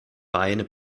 beine